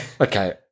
Okay